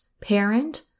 parent